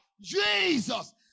Jesus